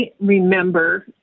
remember